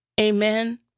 amen